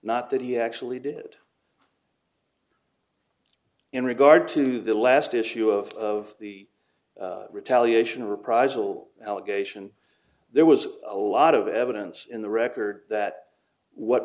not that he actually did in regard to the last issue of the retaliation reprisal allegation there was a lot of evidence in the record that what